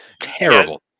Terrible